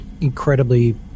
incredibly